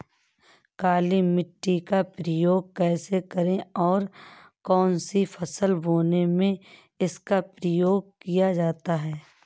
काली मिट्टी का उपयोग कैसे करें और कौन सी फसल बोने में इसका उपयोग किया जाता है?